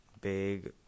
big